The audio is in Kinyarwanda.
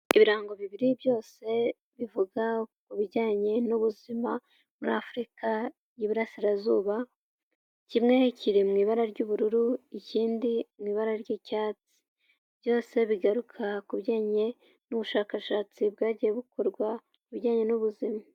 Ibirango bibiri byose bivuga ku bijyanye n'ubuzima muri afurika y'iburasirazuba, kimwe kiri mu ibara ry'ubururu, ikindi mu ibara ry'icyatsi, byose bigaruka ku bijyanye n'ubushakashatsi bwagiye bukorwa mu bijyanye n'ubuzima.